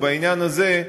ובעניין הזה,